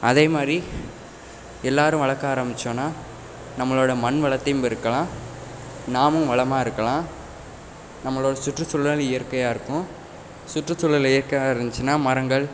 அதே மாரி எல்லாரும் வளர்க்க ஆரம்பிச்சோன்னா நம்மளோட மண் வளர்த்தியும் பெருக்கலாம் நாமும் வளமாக இருக்கலாம் நம்மளோட சுற்றுச்சூழல் இயற்கையாக இருக்கும் சுற்றுச்சூழல் இயற்கையாக இருந்துச்சுனா மரங்கள்